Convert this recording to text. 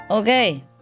Okay